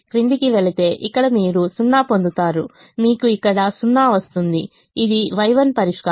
క్రిందికి వెలితే ఇక్కడ మీరు 0 పొందుతారు మీకు ఇక్కడ 0 వస్తుంది ఇది Y1 పరిష్కారం